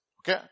Okay